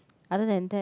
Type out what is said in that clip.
other than that